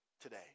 today